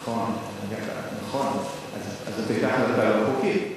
נכון, אז זאת היתה החלטה לא חוקית.